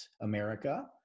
America